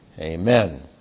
Amen